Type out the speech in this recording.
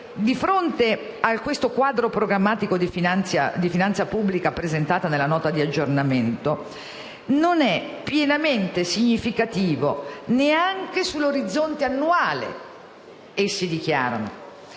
al Governo? Il quadro programmatico di finanza pubblica presentato nella Nota di aggiornamento non è pienamente significativo neanche sull'orizzonte annuale, essi dichiarano.